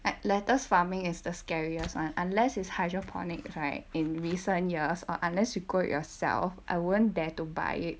like lettuce farming is the scariest [one] unless it's hydroponic right in recent years or unless you grow it yourself I won't dare to buy it